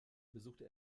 besuchte